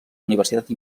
universitat